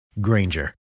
Granger